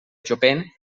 chopin